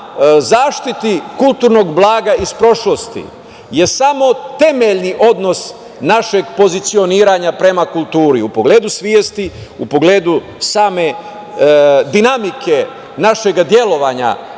zaštiti kulturnog blaga iz prošlosti je samo temeljni odnos našeg pozicioniranja prema kulturi u pogledu svesti, u pogledu same dinamike našeg delovanja